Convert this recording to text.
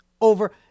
over